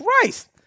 Christ